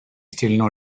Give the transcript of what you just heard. still